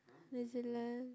New-Zealand